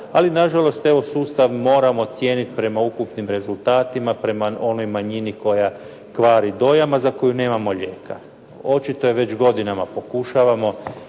ali na žalost evo sustav moramo cijeniti prema ukupnim rezultatima, prema onoj manjini koja kvari dojam, a za koju nemamo lijeka. Očito je već godinama pokušavamo,